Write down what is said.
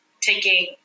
taking